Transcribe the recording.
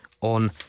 On